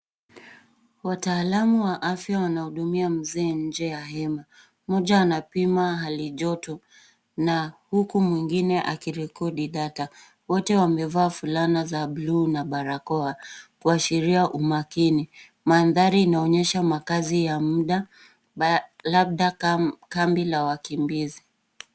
Wataalamu wa afya wanahudumia mzee nje ya hema, moja anapima hali joto na huku mwingine akirekodi data wote wamevaa fulana za bluu na barakoa kuashiria umakini mandhari inaonyesha makazi ya muda labda kambi la wakimbizi.